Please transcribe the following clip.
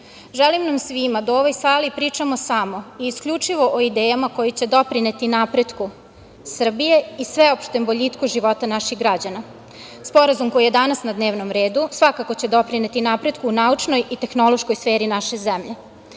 Želim nam svima da u ovoj sali pričamo samo i isključivo o idejama koje će doprineti napretku Srbije i sveopštem boljitku života naših građana. Sporazum koji je danas na dnevnom redu svakako će doprineti napretku naučnoj i tehnološkoj sferi naše zemlje. Kada